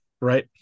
Right